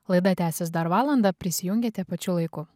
laida tęsis dar valandą prisijungiate pačiu laiku